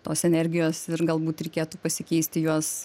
tos energijos ir galbūt reikėtų pasikeisti juos